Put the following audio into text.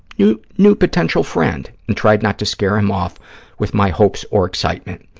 new new potential friend, and tried not to scare him off with my hopes or excitement.